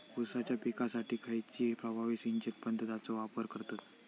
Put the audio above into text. ऊसाच्या पिकासाठी खैयची प्रभावी सिंचन पद्धताचो वापर करतत?